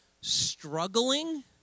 struggling